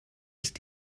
ist